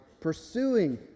pursuing